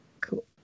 cool